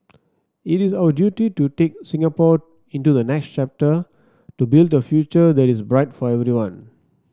it is our duty to take Singapore into the next chapter to build a future that is bright for everyone